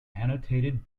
annotated